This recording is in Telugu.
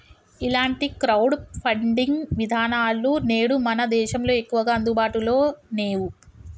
ఇలాంటి క్రౌడ్ ఫండింగ్ విధానాలు నేడు మన దేశంలో ఎక్కువగా అందుబాటులో నేవు